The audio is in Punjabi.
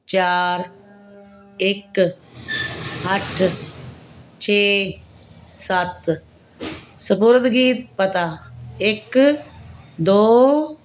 ਚਾਰ ਇੱਕ ਅੱਠ ਛੇ ਸੱਤ ਸਪੁਰਦਗੀ ਪਤਾ ਇੱਕ ਦੋ